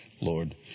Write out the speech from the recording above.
Lord